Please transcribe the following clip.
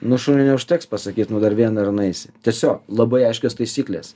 nu šuniui neužteks pasakyt nu dar vieną ir nueisi tiesiog labai aiškios taisyklės